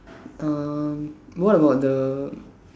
uh what about the